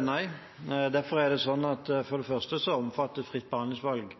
Nei. For det første omfatter fritt behandlingsvalg